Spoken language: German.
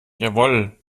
jawohl